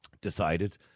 decided